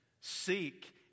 Seek